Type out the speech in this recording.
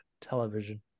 television